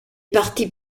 parties